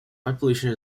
population